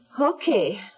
Okay